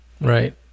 Right